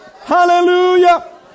Hallelujah